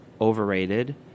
overrated